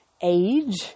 age